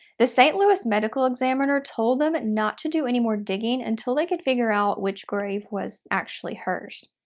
the st. louis medical examiner told them not to do anymore digging until they could figure out which grave was actually hers.